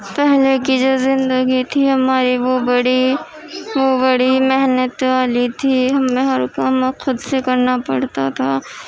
پہلے کی جو زندگی تھی ہماری وہ بڑی وہ بڑی محنتوں والی تھی ہمیں ہر کام خود سے کرنا پڑتا تھا